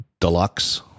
deluxe